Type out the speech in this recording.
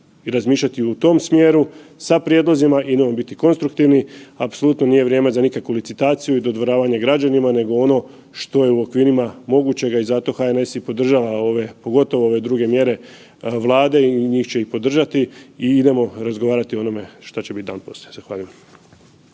razmišljati u tom smjeru, sa prijedlozima i moramo biti konstruktivni. Apsolutno nije vrijeme za nikakvu licitaciju i dodvoravanje građanima nego ono što je u okvirima mogućega i zato HNS i podržava ove pogotovo ove druge mjere Vlade i njih će i podržati i idemo razgovarati o onome što će biti dan poslije.